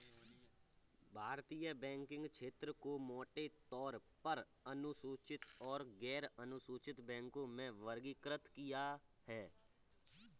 भारतीय बैंकिंग क्षेत्र को मोटे तौर पर अनुसूचित और गैरअनुसूचित बैंकों में वर्गीकृत किया है